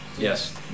Yes